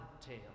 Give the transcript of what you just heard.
tale